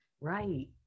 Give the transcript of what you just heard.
Right